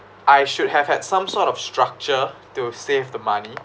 I should have had some sort of structure to save the money